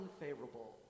unfavorable